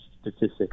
statistics